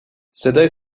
صدای